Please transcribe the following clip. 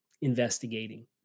investigating